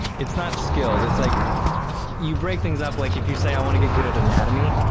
it's not skills, it's like you break things up like if you say i want to get good at anatomy,